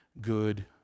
good